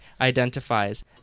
Identifies